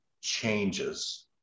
changes